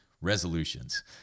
resolutions